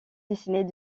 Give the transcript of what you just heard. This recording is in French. dessinées